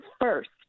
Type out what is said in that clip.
first